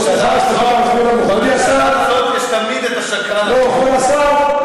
לא, סליחה, סליחה, מכובדי השר.